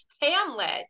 Hamlet